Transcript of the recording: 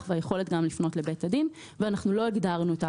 ואחר כך למועצת התלמידים ואחר כך אני רוצה להתחיל לעבור על